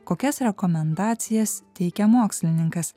kokias rekomendacijas teikia mokslininkas